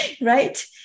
right